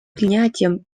принятием